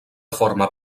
forma